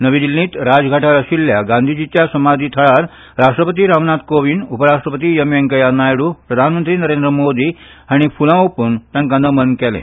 नवी दिल्लींतल्या राजघाटार आशिल्ल्या गांधीजीच्या समाधी थळार राष्ट्रपती रामनाथ कोविंद उपरराष्ट्रपती एम वेंकय्या नायडू प्रधानमंत्री नरेंद्र मोदी हांणी फुलां ओंपून तांकां नमन केलें